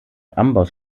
amboss